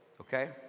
Okay